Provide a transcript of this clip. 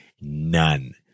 None